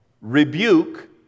rebuke